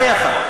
נו, בחייך.